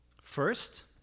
first